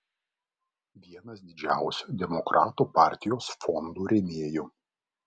vienas didžiausių demokratų partijos fondų rėmėjų